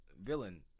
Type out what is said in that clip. villain